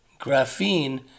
Graphene